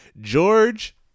George